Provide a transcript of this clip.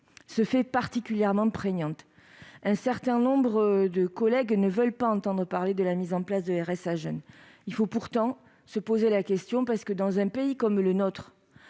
se fait particulièrement prégnante. Un certain nombre de collègues ne veulent pas entendre parler de la mise en place du RSA jeune. Il faut pourtant s'interroger : dans un pays comme le nôtre,